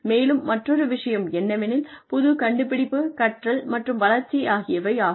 மேலும் மற்றொரு விஷயம் என்னவெனில் புது கண்டுபிடிப்பு கற்றல் மற்றும் வளர்ச்சி ஆகியவை ஆகும்